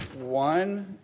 one